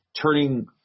turning –